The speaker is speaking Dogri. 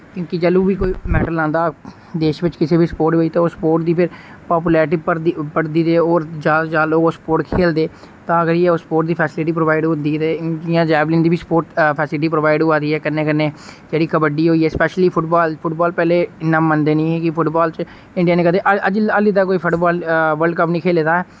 क्यूंकि जैलूं बी कोई मैडल औंदा देश बिच किसे बी स्पोर्ट बिच ते ओ स्पोर्ट दी फिर पापुलैरिटी भरदी भ ते और ज्यादा ज्यादा लोग ओह् स्पोर्ट खेलदे तां करियै उस स्पोर्ट दी फैसिलिटी प्रोवाइड होंदी ते जि'यां जैवलिन दी स्पोर्ट फैसिलिटी प्रोवाइड होआ दी ऐ कन्नै कन्नै जेह्ड़ी कबड्डी होइया स्पैशली फुटबाल फुटबाल पैह्ले इन्ना मनदे नि हे कि फुटबाल च इंडिया ने कदें अ अज्ज आह्ली तक कोई फुटबाल वर्ल्ड कप नि खेलेदा ऐ